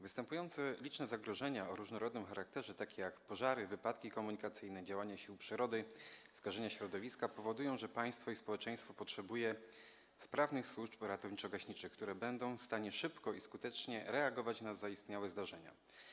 Występujące liczne zagrożenia o różnorodnym charakterze, takie jak pożary, wypadki komunikacyjne, działania sił przyrody, skażenia środowiska, powodują, że państwo i społeczeństwo potrzebują sprawnych służb ratowniczo-gaśniczych, które będą w stanie szybko i skutecznie reagować na zaistniałe zdarzenia.